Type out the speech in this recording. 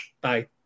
Bye